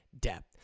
depth